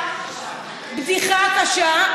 בדיחה קשה.